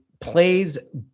plays